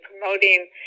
promoting